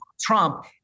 Trump